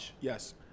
Yes